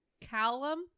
Callum